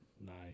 Nice